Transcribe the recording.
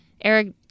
Eric